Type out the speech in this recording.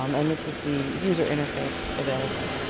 um and this is the user interface available.